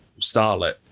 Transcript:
starlet